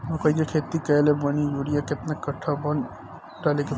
मकई के खेती कैले बनी यूरिया केतना कट्ठावजन डाले के होई?